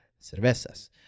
cervezas